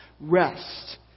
Rest